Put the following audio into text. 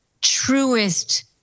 truest